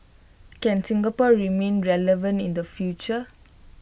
can Singapore remain relevant in the future